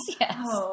Yes